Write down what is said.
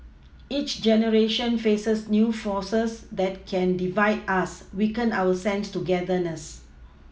each generation faces new forces that can divide us weaken our sense of togetherness